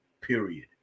period